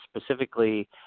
specifically